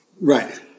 right